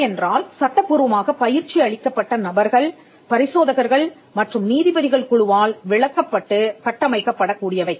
தேவை என்றால்சட்டப்பூர்வமாக பயிற்சி அளிக்கப்பட்ட நபர்கள் பரிசோதகர்கள் மற்றும் நீதிபதிகள் குழுவால் விளக்கப்பட்டு கட்டமைக்கப்படக் கூடியவை